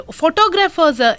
photographers